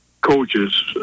coaches